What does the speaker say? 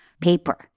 paper